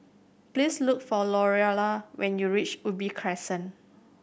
please look for Louella when you reach Ubi Crescent